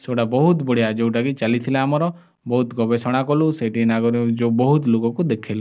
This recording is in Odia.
ସେଗୁଡ଼ା ବହୁତ ବଢ଼ିଆ ଯୋଉଟାକି ଚାଲିଥିଲା ଆମର ବହୁତ ଗବେଷଣା କଲୁ ସେଇଠି ଯୋଉ ବହୁତ୍ ଲୋକଙ୍କୁ ଦେଖେଇଲୁ